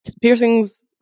Piercings